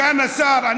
סגן השר,